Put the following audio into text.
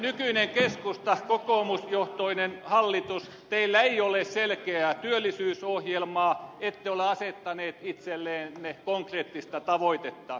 nykyinen keskustakokoomusjohtoinen hallitus teillä ei ole selkeää työllisyysohjelmaa ette ole asettaneet itsellenne konkreettista tavoitetta